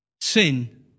Sin